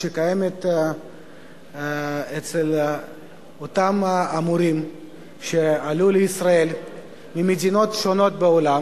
שקיימת אצל אותם המורים שעלו לישראל ממדינות שונות בעולם,